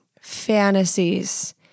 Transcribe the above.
fantasies